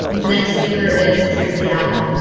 next speaker is tracy allen.